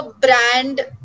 brand